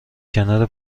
کنار